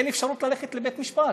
אין אפשרות ללכת לבית-המשפט,